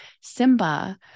Simba